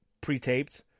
pre-taped